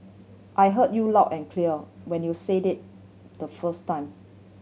I heard you loud and clear when you said it the first time